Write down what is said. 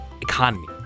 economy